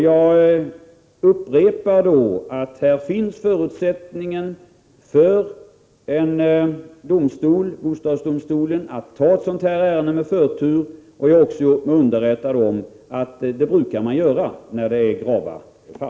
Jag upprepar att det finns en möjlighet för bostadsdomstolen att ta ett ärende av det här slaget med förtur, 15 och jag har också gjort mig underrättad om att detta också är vad man brukar göra när det rör sig om grava fel.